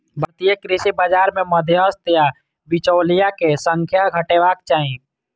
भारतीय कृषि बाजार मे मध्यस्थ या बिचौलिया के संख्या घटेबाक चाही